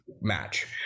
match